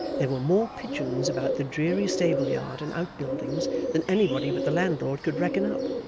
there were more pigeons about the dreary stable-yard and out-buildings than anybody but the landlord could reckon up.